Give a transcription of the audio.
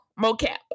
MoCap